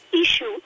issue